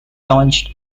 launched